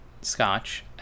scotch